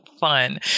fun